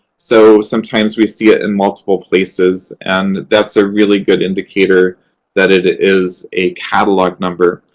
so, sometimes we see it in multiple places, and that's a really good indicator that it is a catalog number.